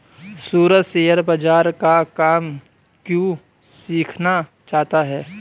सूरज share बाजार का काम क्यों सीखना चाहता है?